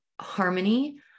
harmony